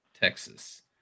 Texas